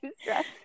stressed